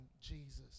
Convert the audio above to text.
Jesus